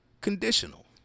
conditional